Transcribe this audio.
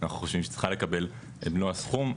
אנחנו חושבים שהיא צריכה לקבל את מלוא הסכום,